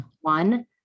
one